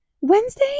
Wednesday